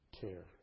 Care